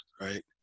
right